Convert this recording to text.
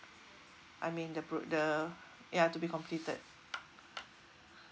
I mean the book the ya to be completed